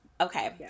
Okay